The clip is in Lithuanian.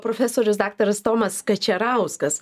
profesorius daktaras tomas kačerauskas